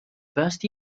first